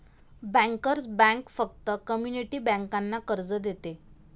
bankers bank फक्त community बँकांना कर्ज देते